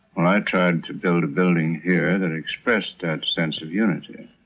and i tried to build a building here that expressed that sense of unity.